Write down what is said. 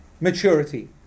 maturity